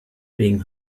being